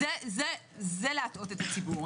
זה להטעות את הציבור.